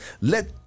let